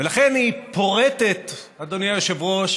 ולכן היא פורטת, אדוני היושב-ראש,